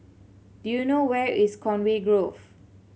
do you know where is Conway Grove